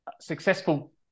successful